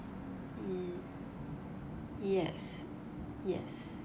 mm yes yes